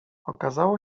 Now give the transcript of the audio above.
okazało